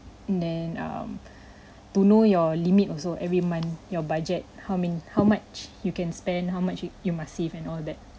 and then um to know your limit also every month your budget how many how much you can spend how much how much you must save and all that